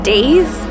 Days